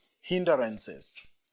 hindrances